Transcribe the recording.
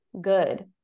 good